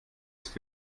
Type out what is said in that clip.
ist